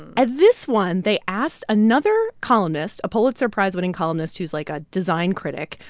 at this one, they asked another columnist a pulitzer prize-winning columnist who's like a design critic.